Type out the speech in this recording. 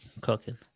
cooking